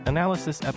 Analysis